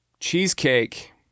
Cheesecake